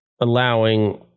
allowing